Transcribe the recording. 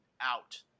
out